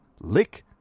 lick